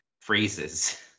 phrases